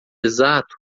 exato